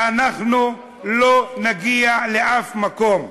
אנחנו לא נגיע לשום מקום.